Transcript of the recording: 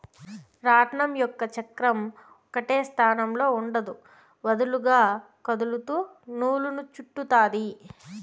రాట్నం యొక్క చక్రం ఒకటే స్థానంలో ఉండదు, వదులుగా కదులుతూ నూలును చుట్టుతాది